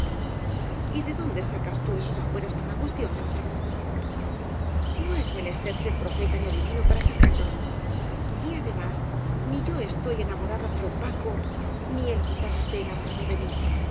priva y de dónde sacas tú esos agüeros tan angus tiosos n o es menester ser profeta ni adivino para sacarlos y además ni yo estoy enamorada de don paco ni él quizás esté enamorado de mí